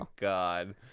god